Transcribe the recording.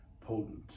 potent